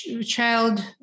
child